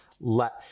let